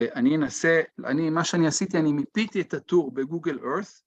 ‫אני אנסה, מה שאני עשיתי, ‫אני מיפיתי את הטור בגוגל earth.